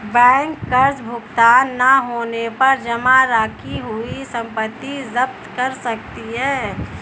bank कर्ज भुगतान न होने पर जमा रखी हुई संपत्ति जप्त कर सकती है